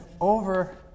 over